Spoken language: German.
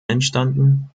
entstanden